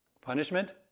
Punishment